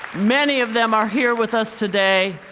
many of them are here with us today.